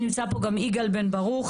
נמצא פה גם יגאל בן ברוך,